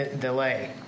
delay